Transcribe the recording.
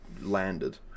landed